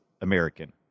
American